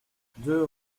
deux